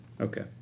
Okay